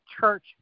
church